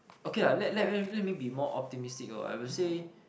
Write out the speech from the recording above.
okay lah let let let let me be more optimistic I would say